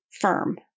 firm